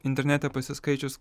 internete pasiskaičius